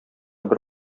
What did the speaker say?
бер